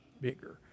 bigger